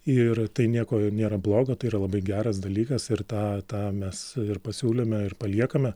ir tai nieko nėra blogo tai yra labai geras dalykas ir tą tą mes pasiūlėme ir paliekame